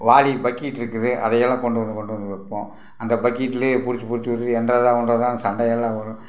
வாளி பக்கெட் இருக்குது அதை எல்லாம் கொண்டு வந்து கொண்டு வந்து வைப்போம் அந்த பக்கெட்டில் படிச்சி படிச்சி வச்சிட்டு என்றதா உன்றதான்னு சண்டை எல்லாம் வரும்